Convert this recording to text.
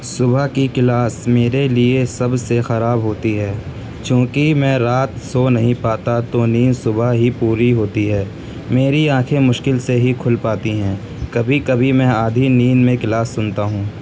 صبح کی کلاس میرے لئے سب سے خراب ہوتی ہے چونکہ میں رات سو نہیں پاتا تو نیند صبح ہی پوری ہوتی ہے میری آنکھیں مشکل سے ہی کھل پاتی ہیں کبھی کبھی میں آدھی نیند میں کلاس سنتا ہوں